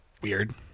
weird